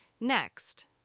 Next